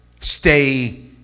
Stay